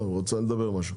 הוא רצה להגיד משהו.